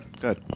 good